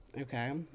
okay